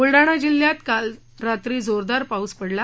ब्लडाणा जिल्ह्यात काल रात्री जोरदार पाऊस पडला